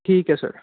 ਠੀਕ ਹੈ ਸਰ